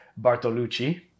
Bartolucci